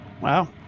Wow